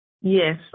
Yes